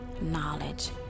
knowledge